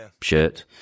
shirt